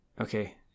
Okay